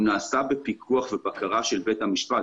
הוא נעשה בפיקוח ובקרה של בית המשפט.